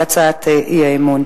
להצעת האי-אמון.